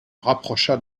rapprocha